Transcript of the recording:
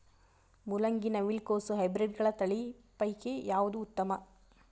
ಮೊಲಂಗಿ, ನವಿಲು ಕೊಸ ಹೈಬ್ರಿಡ್ಗಳ ತಳಿ ಪೈಕಿ ಯಾವದು ಉತ್ತಮ?